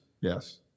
Yes